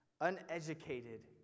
uneducated